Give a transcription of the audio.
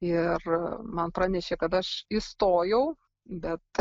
ir man pranešė kad aš įstojau bet